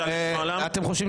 ארבל, אתם חושבים